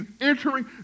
entering